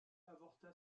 avorta